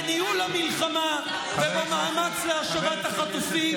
בניהול המלחמה ובמאמץ להשבת החטופים.